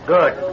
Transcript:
Good